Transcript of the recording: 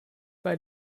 bei